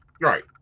right